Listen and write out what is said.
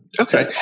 Okay